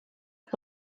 aux